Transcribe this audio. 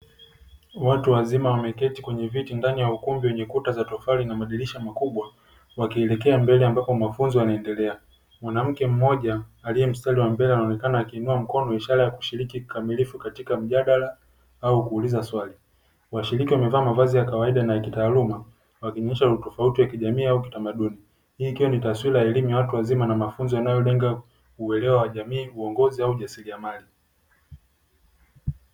Watu wazima wameketi kwenye viti ndani ya ukumbi wenye kuta za tofali, wakielekea mbele ambako mafunzo yanaendelea; mwanamke mmoja aliye mstari wa mbele anaonekana akiinua mkono, ishara ya kushiriki kikamilifu katika mjadala au kuuliza swali. Washiriki wamevaa mavazi ya kawaida na ya kitaaluma, wakionyesha utofauti wa kijamii au kitamaduni, hii ikiwa ni taswira ya elimu ya watu wazima na mafunzo yanayolenga uelewa wa jamii, uongozi au ujasiriamali.